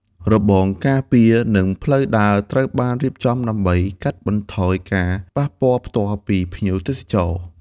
របងការពារ និងផ្លូវដើរត្រូវបានរៀបចំដើម្បីកាត់បន្ថយការប៉ះពាល់ផ្ទាល់ពីភ្ញៀវទេសចរ។